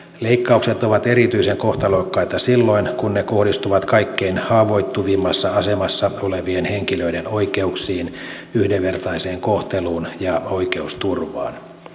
leikkaukset ovat erityisen kohtalokkaita silloin kun ne kohdistuvat kaikkein haavoittuvimmassa asemassa olevien henkilöiden oikeuksiin yhdenvertaiseen kohteluun ja oikeusturvaan